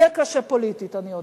יהיה קשה פוליטית, אני יודעת.